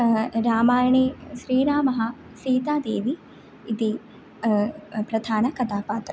रामायणे श्रीरामः सीतादेवी इति प्रधानकथापात्रं